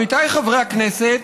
עמיתיי חברי הכנסת,